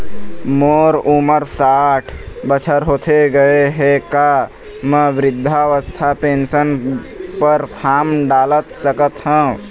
मोर उमर साठ बछर होथे गए हे का म वृद्धावस्था पेंशन पर फार्म डाल सकत हंव?